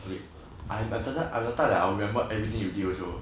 okay I'm that I'm that type who will remember everything you did also